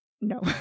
no